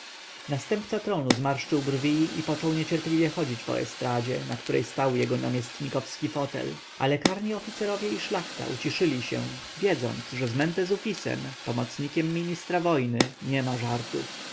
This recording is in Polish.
następca tronu zmarszczył brwi i począł niecierpliwie chodzić po estradzie na której stał jego namiestnikowski fotel ale karni oficerowie i szlachta uciszyli się wiedząc że z mentezufisem pomocnikiem ministra wojny niema żartów